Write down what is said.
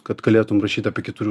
kad galėtum rašyt apie kitų